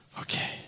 Okay